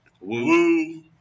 woo